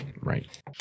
Right